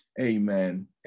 amen